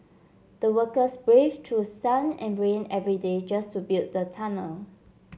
the workers braved through sun and rain every day just to build the tunnel